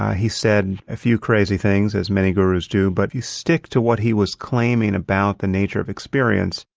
ah he said a few crazy things, as many gurus do. but if you stick to what he was claiming about the nature of experience,